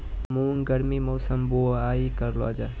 मूंग गर्मी मौसम बुवाई करलो जा?